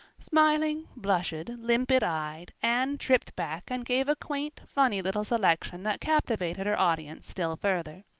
smiling, blushing, limpid eyed, anne tripped back and gave a quaint, funny little selection that captivated her audience still further.